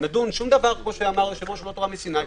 שום דבר לא תורה מסיני,